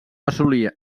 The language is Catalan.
assolir